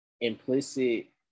implicit